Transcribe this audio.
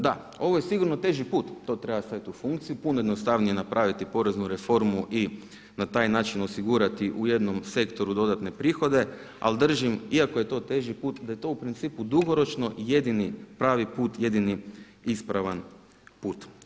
Da, ovo je sigurno teži put, to treba staviti u funkciju, puno je jednostavnije napraviti poreznu reformu i na taj način osigurati u jednom sektoru dodatne prihode, ali držim iako je to teži put da je to u principu dugoročno jedini pravi put, jedini ispravan put.